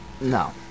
No